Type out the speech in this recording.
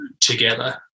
together